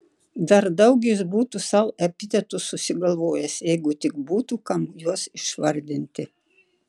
dar daug jis būtų sau epitetų susigalvojęs jeigu tik būtų kam juos išvardinti